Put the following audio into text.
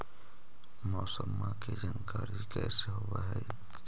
मौसमा के जानकारी कैसे होब है?